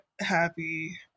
happy